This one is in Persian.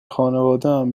خانوادهام